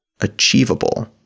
achievable